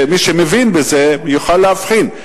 מי שמבין בזה יוכל להבחין.